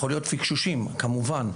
יכולים להיות פיקשושים, כמובן,